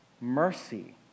mercy